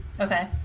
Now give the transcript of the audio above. Okay